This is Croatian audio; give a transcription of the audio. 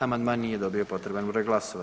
Amandman nije dobio potreban broj glasova.